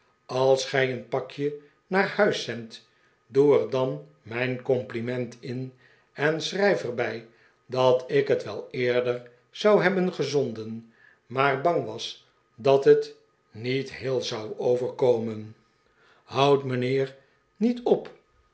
als gij een pakje naar huis zendt doe er dan mijn compliment in en schrijf er bij dat ik het wel eerder zou hebben gezonden maar bang was dat het niet heel zou overkomen houd mijnheer niet op